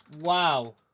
Wow